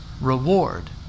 reward